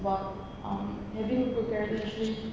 but um having good character actually